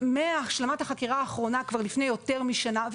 מהשלמת החקירה האחרונה כבר לפני יותר משנה,